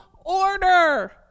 order